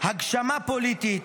הגשמה פוליטית,